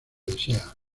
desea